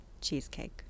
cheesecake